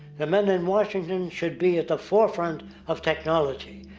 the men in washington should be at the forefront of technology.